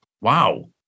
Wow